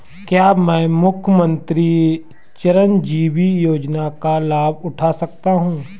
क्या मैं मुख्यमंत्री चिरंजीवी योजना का लाभ उठा सकता हूं?